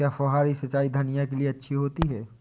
क्या फुहारी सिंचाई धनिया के लिए अच्छी होती है?